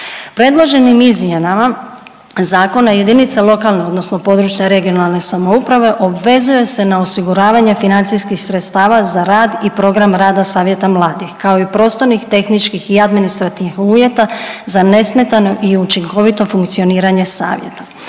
Predloženim izmjenama zakona jedinice lokalne odnosno područne (regionalne) samouprave obvezuje se na osiguravanje financijskih sredstava za rad i program rada Savjeta mladih kao prostornih, tehničkih i administrativnih uvjeta za nesmetano i učinkovito funkcioniranje savjeta.